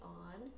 on